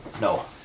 No